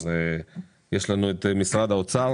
יש לנו את משרד האוצר.